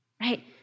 right